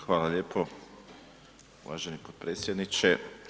Hvala lijepo uvaženi potpredsjedniče.